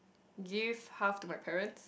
give half to my parent